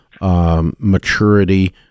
maturity